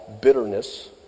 bitterness